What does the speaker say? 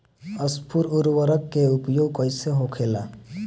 स्फुर उर्वरक के उपयोग कईसे होखेला?